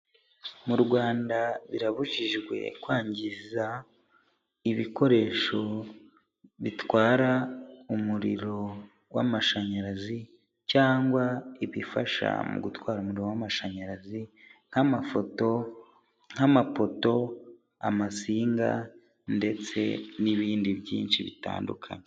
Mu Rwanda birabujijwe kwangiza ibikoresho bitwara umuriro w'amashanyarazi cyangwa ibifasha mu gutwara umuriro w'amashanyarazi nk'amafoto nk'amapoto, amasinga ndetse n'ibindi byinshi bitandukanye.